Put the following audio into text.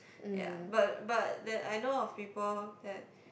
ya but but the~ I know of people that